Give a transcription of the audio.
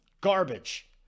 garbage